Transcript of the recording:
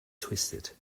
twisted